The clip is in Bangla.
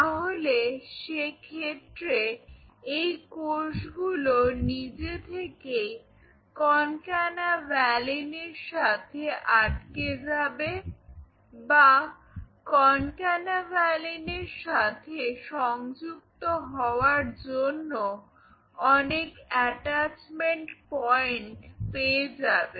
তাহলে সেক্ষেত্রে এই কোষগুলো নিজে থেকেই কনক্যানাভ্যালিনের সাথে আটকে যাবে বা কনক্যানাভ্যালিনের সাথে সংযুক্ত হওয়ার জন্য অনেক অ্যাটাচমেন্ট পয়েন্ট পেয়ে যাবে